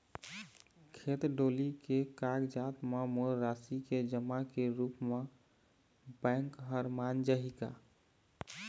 खेत डोली के कागजात म मोर राशि के जमा के रूप म बैंक हर मान जाही का?